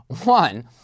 One